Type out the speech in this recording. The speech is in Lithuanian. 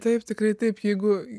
taip tikrai taip jeigu